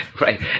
right